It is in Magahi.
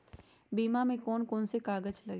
बीमा में कौन कौन से कागज लगी?